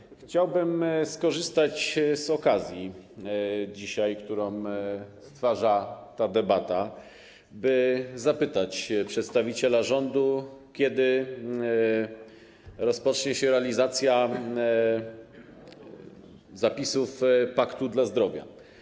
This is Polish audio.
Dzisiaj chciałbym skorzystać z okazji, którą stwarza ta debata, by zapytać przedstawiciela rządu, kiedy rozpocznie się realizacja zapisów paktu dla zdrowia.